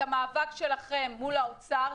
המאבק שלכם מול משרד האוצר,